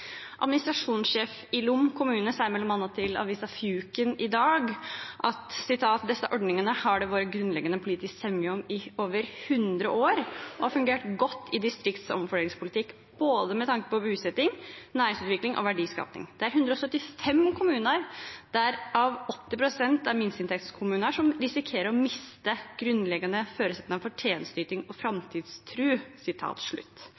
Administrasjonssjefen i Lom kommune sier bl.a. til avisen Fjuken i dag: «Desse ordningane har det vore grunnleggjande politisk semje om i over 100 år, og har fungert godt i distrikts- og omfordelingspolitikk både med tanke på busetjing, næringsutvikling og verdiskaping. Det er 175 kommunar som nå risikerer å miste denne grunnleggjande føresetnaden for tenesteyting og